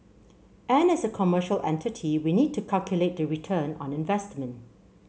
and as a commercial entity we need to calculate the return on investment